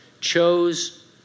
chose